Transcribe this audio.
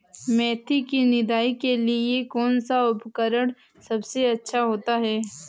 मेथी की निदाई के लिए कौन सा उपकरण सबसे अच्छा होता है?